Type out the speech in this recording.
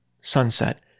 sunset